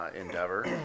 endeavor